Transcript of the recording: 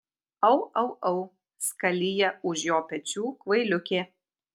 au au au skalija už jo pečių kvailiukė